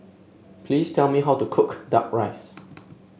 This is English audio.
please tell me how to cook duck rice